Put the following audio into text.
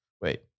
Wait